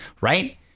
right